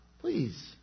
Please